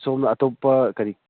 ꯁꯣꯝꯅ ꯑꯇꯣꯞꯄ ꯀꯔꯤ